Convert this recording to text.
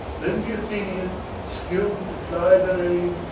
then the athenian, skilled to ply the rein,